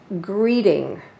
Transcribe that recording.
greeting